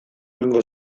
egingo